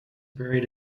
buried